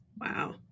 Wow